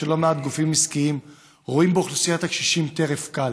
שלא מעט גופים עסקיים רואים באוכלוסיית הקשישים טרף קל,